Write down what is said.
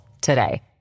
today